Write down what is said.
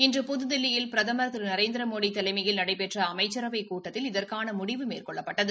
இன்று புதுதில்லியில் பிரதம் திரு நரேந்திரமோடி தலைமையில் நடைபெற்ற அமைச்சரவகை கூட்டத்தில் இதற்கான முடிவு மேற்கொள்ளப்பட்டது